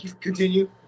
Continue